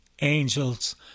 angels